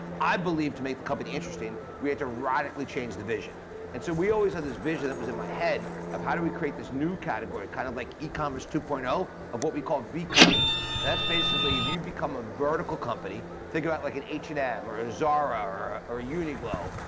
i believed to make the company interesting we had to radically change the vision and so we always had this vision that was in my head of how do we create this new category, kind of like e-commerce two point zero of what we call v-commerce, and that's basically if you become a vertical company, think about like an h and m or ah zara or a uniqlo.